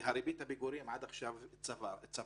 וריבית הפיגורים עד עכשיו הצטברה,